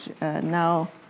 Now